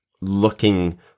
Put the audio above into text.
looking